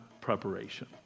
preparation